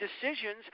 decisions